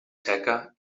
txeca